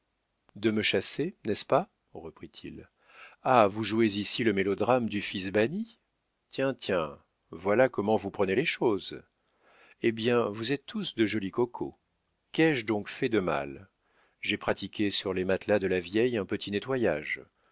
de me chasser n'est-ce pas reprit-il ah vous jouez ici le mélodrame du fils banni tiens tiens voilà comment vous prenez les choses eh bien vous êtes tous de jolis cocos qu'ai-je donc fait de mal j'ai pratiqué sur les matelas de la vieille un petit nettoyage